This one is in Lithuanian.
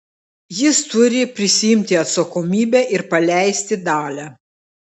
jis turi prisiimti atsakomybę ir paleisti dalią